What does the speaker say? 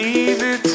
easy